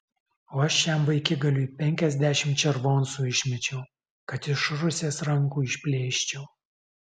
o aš šiam vaikigaliui penkiasdešimt červoncų išmečiau kad iš rusės rankų išplėščiau